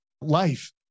life